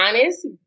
honest